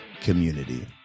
community